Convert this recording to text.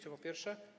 To po pierwsze.